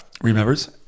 remembers